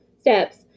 steps